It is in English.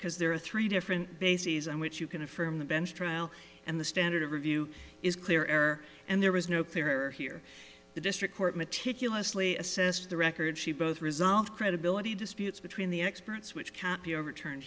because there are three different bases on which you can affirm the bench trial and the standard of review is clear error and there was no fair here the district court meticulously assessed the record she both resolved credibility disputes between the experts which can't be overturned